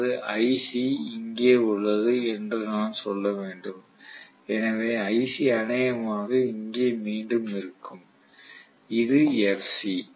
எனது ic இங்கே உள்ளது என்று நான் சொல்ல வேண்டும் எனவே iC அநேகமாக இங்கே மீண்டும் இருக்கும் இது FC